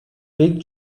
big